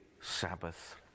Sabbath